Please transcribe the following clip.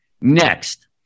Next